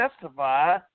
testify